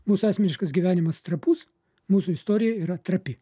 mūsų asmeniškas gyvenimas trapus mūsų istorija yra trapi